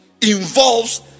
involves